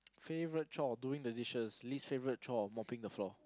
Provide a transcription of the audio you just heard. favourite chore doing the dishes least favourite chore mopping the floor